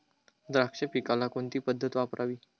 द्राक्ष पिकाला कोणती पद्धत वापरावी?